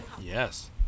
Yes